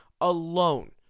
alone